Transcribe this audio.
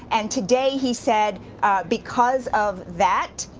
and today, he said because of that,